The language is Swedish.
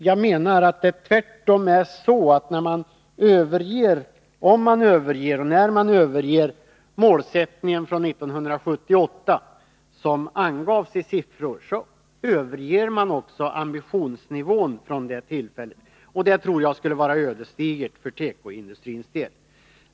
Jag menar att det tvärtom är så att om eller när man överger målsättningen från 1978, som angavs i siffror, så överger man också ambitionsnivån från det tillfället. Och det tror jag skulle vara ödesdigert för tekoindustrin.